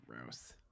gross